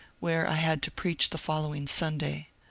where i had to preach the following sunday.